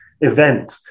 event